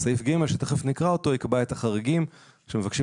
סעיף (ג) שתיכף נקרא אותו יקבע את החריגים שמבקשים